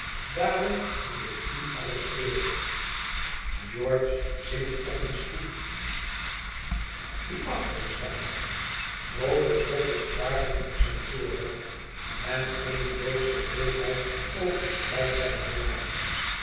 daarom moet ik u arresteeren george zinkt op een stoel die achter hem staat groote droppels parelen op zijn voorhoofd en eene doodsche bleekheid overspreidt zijn gelaat